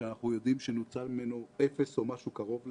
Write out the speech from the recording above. שאנחנו יודעים שנוצל ממנו אפס או משהו קרוב לאפס.